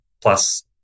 plus